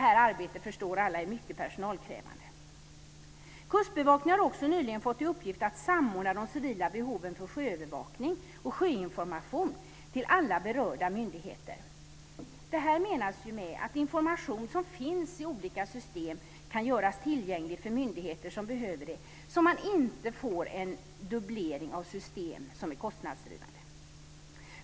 Som alla förstår är detta arbete mycket personalkrävande. Kustbevakningen har också nyligen fått i uppgift att samordna de civila behoven av sjöövervakning och av sjöinformation till alla berörda myndigheter. Syftet är att information som finns i olika system kan göras tillgänglig för myndigheter som behöver den och gör att man inte får en dubblering av system som är kostnadskrävande.